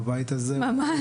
בבית הזה,